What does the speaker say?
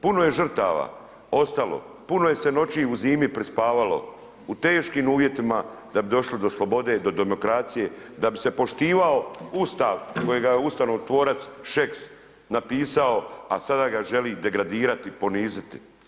Puno je žrtava ostalo, puno je se noći u zimi prespavalo u teškim uvjetima, da bi došli do slobode, do demokracije, da bi se poštivao Ustav, kojega je ustavotvorac Šeks napisao a sada ga želi degradirati, poniziti.